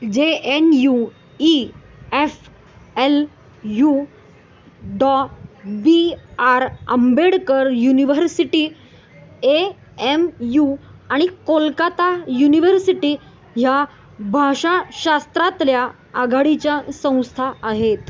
जे N U E F L U Dr B R Ambedkar university A M U आणि Kolkata university ह्या भाषाशास्त्रातल्या आघाडीच्या संस्था आहेत